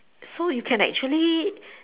so you can actually